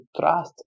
trust